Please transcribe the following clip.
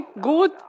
good